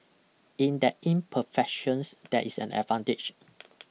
in that imperfections there is an advantage